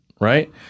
right